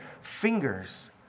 fingers